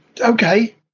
Okay